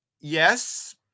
Yes